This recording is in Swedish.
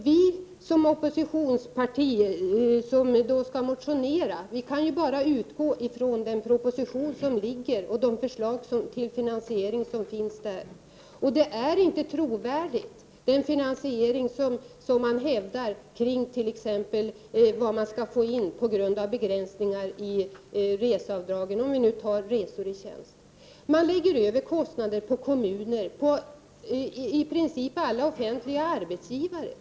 Vi som oppositionsparti, som alltså måste motionera, kan bara utgå ifrån den proposition som föreligger och de förslag till finansiering som finns där. Det är inte trovärdigt att hävda att finansieringen skall täckas med t.ex. det som man får in genom begränsningar av avdragen för resor i tjänst. Man lägger över kostnader på kommuner, i princip på alla offentliga arbetsgivare.